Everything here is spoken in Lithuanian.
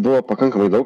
buvo pakankamai daug